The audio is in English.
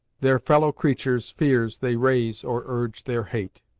their fellow creatures' fears they raise, or urge their hate.